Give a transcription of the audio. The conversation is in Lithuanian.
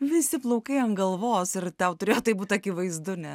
visi plaukai ant galvos ir tau turėjo tai būt akivaizdu ne